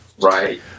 Right